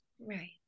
Right